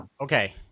Okay